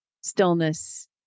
stillness